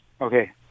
Okay